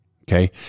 Okay